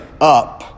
Up